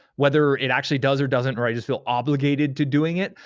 whether it actually does or doesn't or i just feel obligated to doing it,